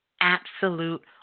absolute